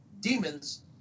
demons